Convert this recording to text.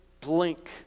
blink